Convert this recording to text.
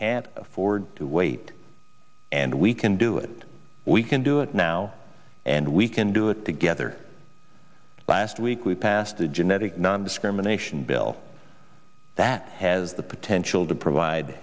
can't afford to wait and we can do it we can do it now and we can do it together last week we passed a genetic nondiscrimination bill that has the potential to provide